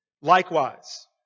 Likewise